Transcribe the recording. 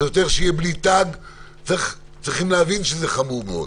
שוטר שיהיה בלי תג צריכים להבין שזה חמור מאוד.